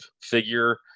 figure